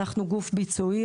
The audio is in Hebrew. אנחנו גוף ביצועי,